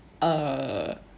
err